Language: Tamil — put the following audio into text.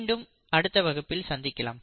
மீண்டும் அடுத்த வகுப்பில் சந்திக்கலாம்